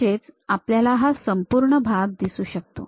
म्हणजेच आपल्याला हा संपूर्ण भाग दिसू सखतो